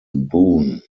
boone